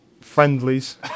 friendlies